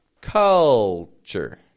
culture